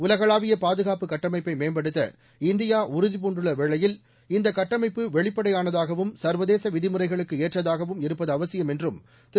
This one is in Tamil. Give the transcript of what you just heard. உலகளாவிய பாதுகாப்பு கட்டமைப்பை மேம்படுத்த இந்தியா உறுதிபூண்டுள்ள வேளையில் இந்த கட்டமைப்பு வெளிப்படையானதாகவும் சர்வதேச விதிமுறைகளுக்கு ஏற்றதாகவும் இருப்பது அவசியம் என்றும் திரு